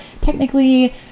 technically